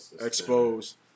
exposed